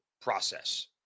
process